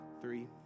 three